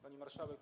Pani Marszałek!